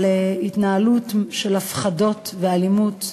על התנהלות של הפחדות ואלימות.